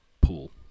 pool